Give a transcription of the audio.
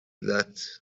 that